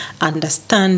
understand